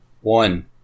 One